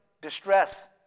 Distress